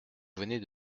venez